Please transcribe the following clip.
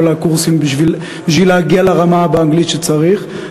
כל הקורסים בשביל להגיע לרמה באנגלית שצריך.